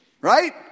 Right